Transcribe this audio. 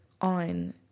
on